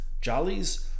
Jollies